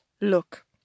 look